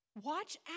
Watch